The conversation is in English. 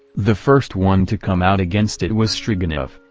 the first one to come out against it was stroganov,